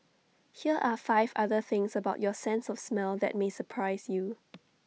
here are five other things about your sense of smell that may surprise you